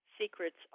secrets